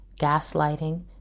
gaslighting